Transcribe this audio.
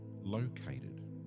located